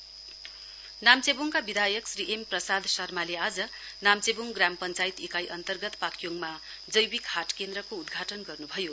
Pakyong MLA नाम्चेबुङका विधायक Shri M Prasad शर्माले आज नाम्चेबुङ ग्राम पञ्चायत इकाई अन्तर्गत पाक्योङमा जैविक हाट केन्द्रको उदघाटन गर्नु भयो